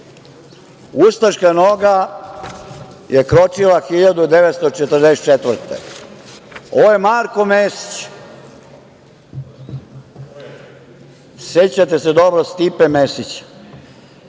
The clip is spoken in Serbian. Ustaška noga je kročila 1944. godine. Ovo je Marko Mesić. Sećate se dobro Stipe Mesića.